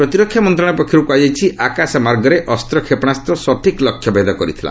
ପ୍ରତିରକ୍ଷା ମନ୍ତ୍ରଣାଳୟ ପକ୍ଷରୁ କ୍ହାଯାଇଛି ଆକାଶମାର୍ଗରେ ଅସ୍ତ୍ର କ୍ଷେପଣାସ୍ତ ସଠିକ ଲକ୍ଷ୍ୟଭେଦ କରିଥିଲା